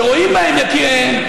שרואים בהם יקיריהם,